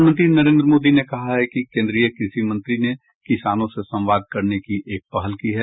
प्रधानमंत्री नरेन्द्र मोदी ने कहा है कि कोन्द्रीय कृषि मंत्री ने किसानों से संवाद करने की एक पहल की है